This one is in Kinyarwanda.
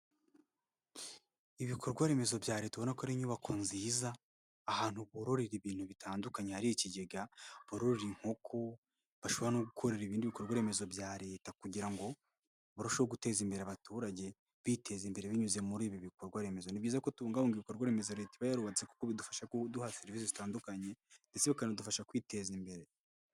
Ibikorwa remezo bya Leta ubonako ari inyubako nziza, ahantu borera ibintu bitandukanye hari ikigega bororera inkoko, bashobora no gukorera ibindi bikorwa remezo bya Leta kugira ngo barusheho guteza imbere abaturage, biteza imbere binyuze muri ibi bikorwa remezo. Ni byiza ko tubungabunga ibikorwaremezo Leta iba yarubatse kuko bidufasha kuduha serivisi zitandukanye ndetse bikanadufasha kwiteza imbere.